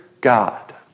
God